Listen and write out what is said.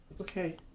okay